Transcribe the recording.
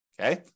Okay